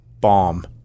bomb